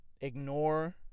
Ignore